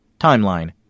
Timeline